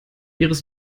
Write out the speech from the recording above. iris